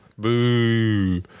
Boo